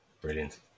Brilliant